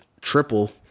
triple